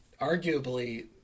arguably